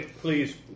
Please